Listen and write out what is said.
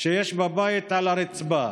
שיש בבית על הרצפה,